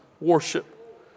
worship